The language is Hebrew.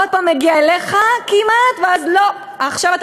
עוד מגיע אליך כמעט, ואז לא.